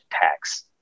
tax